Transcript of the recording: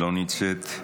לא נמצאת.